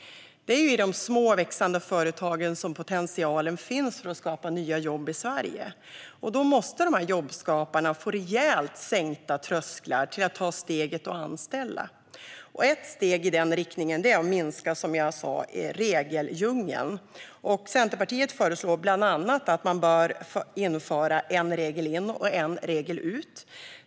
Det är i de små och växande företagen som potentialen finns för att skapa nya jobb i Sverige, och då måste jobbskaparna få rejält sänkta trösklar till att ta steget och anställa. Ett steg i den riktningen är som sagt att minska regeldjungeln. Centerpartiet föreslår bland annat att man bör införa principen "en regel in och en regel ut".